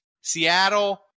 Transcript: Seattle